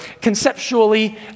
conceptually